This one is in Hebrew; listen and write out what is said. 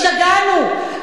השתגענו.